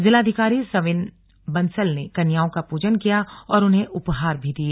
जिलाधिकारी सविन बंसल ने कन्याओं का पूजन किया और उन्हें उपहार भी दिए